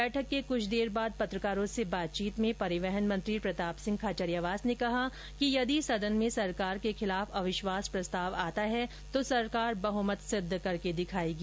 बैठक के कुछ देर बाद पत्रकारों से बातचीत में परिवहन मंत्री प्रताप सिंह खाचरिवास ने कहा कि यदि सदन में सरकार के खिलाफ अविस्वास प्रस्ताव आता है तो सरकार बहमत सिद्ध करके दिखायेगी